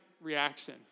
reaction